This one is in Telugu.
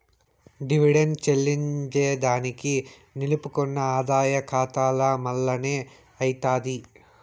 డివిడెండ్ చెల్లింజేదానికి నిలుపుకున్న ఆదాయ కాతాల మల్లనే అయ్యితాది